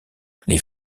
les